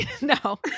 No